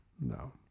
No